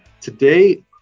Today